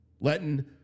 Letting